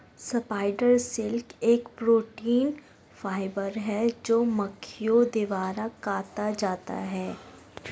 spider silk एक protein fibre है जो मकड़ियों द्वारा काता जाता है